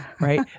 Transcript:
right